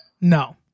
No